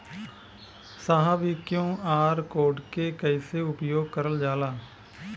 साहब इ QR code के कइसे उपयोग करल जाला?